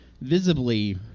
visibly